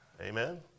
Amen